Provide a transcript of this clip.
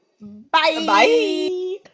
Bye